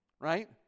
Right